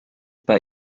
bei